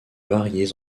variées